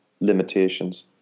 limitations